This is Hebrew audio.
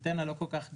אנטנה לא כל כך גדולה,